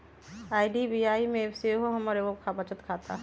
IDBI में सेहो हमर एगो बचत खता हइ